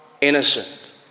innocent